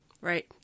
Right